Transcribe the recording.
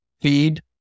feed